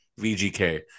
VGK